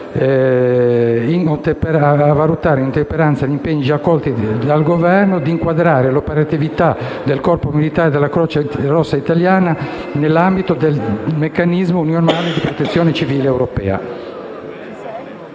«a valutare, in ottemperanza agli impegni già accolti dal Governo, di inquadrare l'operatività del Corpo militare croce rossa italiana nell'ambito del meccanismo unionale di protezione civile europea».